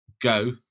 Go